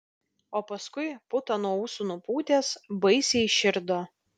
o paskui putą nuo ūsų nupūtęs baisiai įširdo